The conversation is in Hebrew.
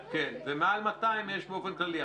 ומעל 200 יש באופן כללי.